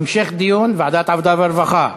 אדוני היושב-ראש, תוסיף גם אותי לפרוטוקול.